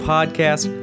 Podcast